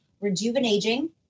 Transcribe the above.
Rejuvenating